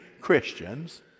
Christians